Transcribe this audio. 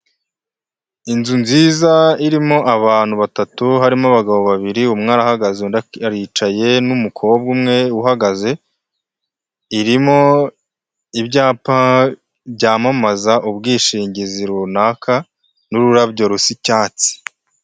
Inzu nziza irimo abantu batatu, harimo abagabo babiri umwe arahagaze undi aricaye n'umukobwa umwe uhagaze, irimo ibyapa byamamaza ubwishingizi runaka n'ururabyo rusa icyatsi.